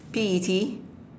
P E T